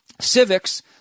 Civics